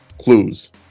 clues